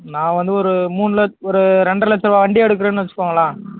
நான் வந்து ஒரு மூனு லச் ஒரு ரெண்டரை லச்ரூவா வண்டியை எடுக்குறோன்னு வச்சுகோங்களன்